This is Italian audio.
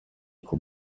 con